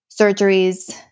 surgeries